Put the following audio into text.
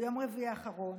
ביום רביעי האחרון,